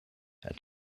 and